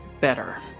better